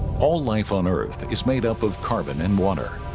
all life on earth is made up of carbon and water,